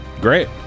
Great